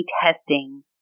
testing